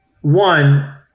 One